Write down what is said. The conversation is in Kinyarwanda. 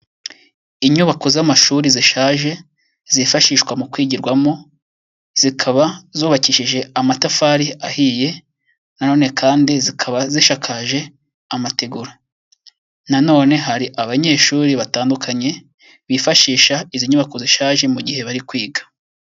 Inyubako z'amashuri zishaje zifashishwa mu kwigirwamo, zikaba zubakishije amatafari ahiye, na none kandi zikaba zishakakaje amategura, na none hari abanyeshuri batandukanye bifashisha izi nyubako zishaje mu gihe bari kwiga.